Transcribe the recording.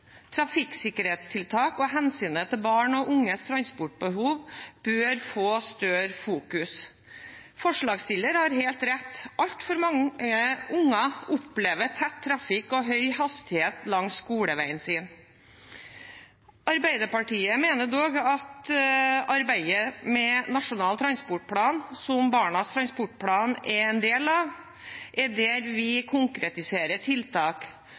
Trafikksikkerhetstiltak og hensynet til barn og unges transportbehov bør få større fokus. Forslagsstilleren har helt rett: Altfor mange barn opplever tett trafikk og høy hastighet langs skoleveien sin. Arbeiderpartiet mener dog at arbeidet med Nasjonal transportplan, som Barnas transportplan er en del av, er stedet hvor vi konkretiserer tiltak